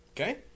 Okay